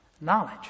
Knowledge